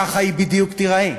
ככה היא בדיוק תיראה.